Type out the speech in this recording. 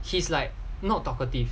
he's like not talkative